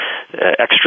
extra